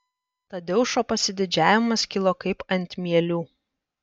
tadeušo pasididžiavimas kilo kaip ant mielių